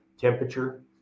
temperature